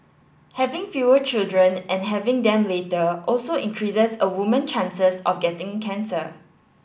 having fewer children and having them later also increase a woman's chances of getting cancer